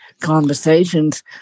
conversations